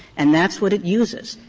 and that's what it uses.